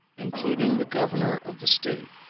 including the governor of the state.